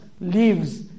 leaves